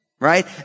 right